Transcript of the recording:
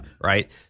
Right